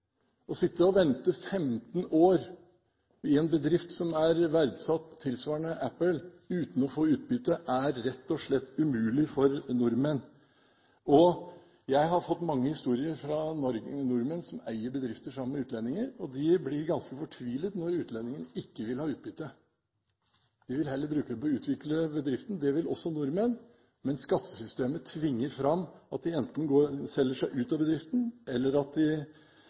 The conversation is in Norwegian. Å sitte og vente i 15 år i en bedrift som er verdsatt tilsvarende Apple uten å få utbytte, er rett og slett umulig for nordmenn. Jeg har fått mange historier fra nordmenn som eier bedrifter sammen med utlendinger, og de blir ganske fortvilet når utlendingen ikke vil ha utbytte. De vil heller bruke det på å utvikle bedriften. Det vil også nordmenn. Men skattesystemet tvinger fram at de enten selger seg ut av bedriften, eller de